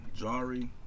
Jari